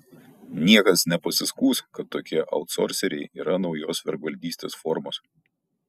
niekas nepasiskųs kad tokie autsorseriai yra naujos vergvaldystės formos